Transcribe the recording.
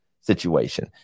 situation